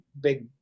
big